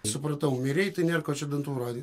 supratau mirei tai nėr ko čia dantų rody